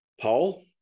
Paul